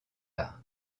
art